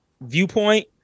viewpoint